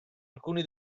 alcuni